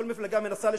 כל מפלגה מנסה לשכנע,